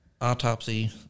autopsy